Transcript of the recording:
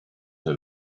her